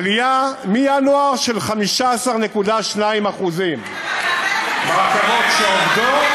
עלייה מינואר של 15.2% ברכבות שעובדות,